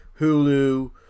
Hulu